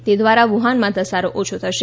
તે દ્વારા વુહાનમાં ધરાસો ઓછો થશે